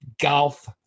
golf